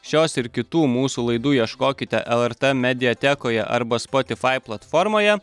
šios ir kitų mūsų laidų ieškokite lrt mediatekoje arba spotifai platformoje